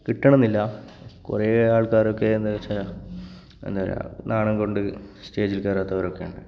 കിട്ടണം എന്നില്ല കുറേ ആൾക്കാരൊക്കെ എന്താണെന്നു വച്ചാൽ എന്താണ് പറയുക നാണം കൊണ്ട് സ്റ്റേജിൽ കയറാത്തവരൊക്കെയുണ്ട്